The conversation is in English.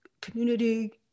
community